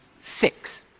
six